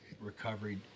recovery